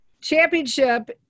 championship